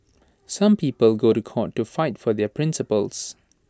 some people go to court to fight for their principles